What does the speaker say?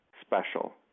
special